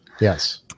Yes